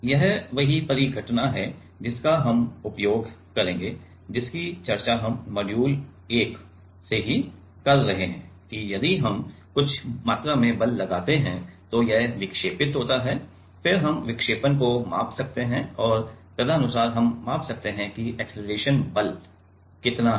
यह वही परिघटना है जिसका हम उपयोग करेंगे जिसकी चर्चा हम मॉड्यूल 1 से ही कर रहे हैं कि यदि हम कुछ मात्रा में बल लगाते हैं तो यह विक्षेपित होता है फिर हम विक्षेपण को माप सकते हैं और तदनुसार हम माप सकते हैं कि अक्सेलरेशन बल कितना है